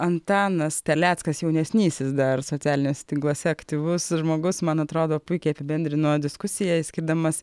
antanas terleckas jaunesnysis dar socialiniuose tinkluose aktyvus žmogus man atrodo puikiai apibendrino diskusiją išskirdamas